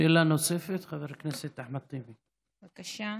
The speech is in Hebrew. שאלה נוספת, חבר הכנסת אחמד טיבי, בבקשה.